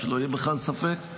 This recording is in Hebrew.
שלא יהיה בכלל ספק,